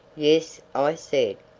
yes, i said.